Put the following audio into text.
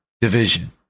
division